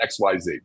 xyz